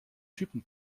typen